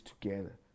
together